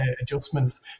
adjustments